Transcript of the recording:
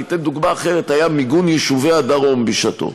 אני אתן דוגמה אחרת: היה מיגון יישובי הדרום בשעתו,